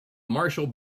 marshall